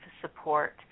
support